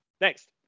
Next